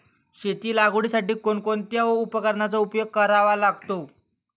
शेती लागवडीसाठी कोणकोणत्या उपकरणांचा उपयोग करावा लागतो?